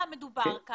לא דיברנו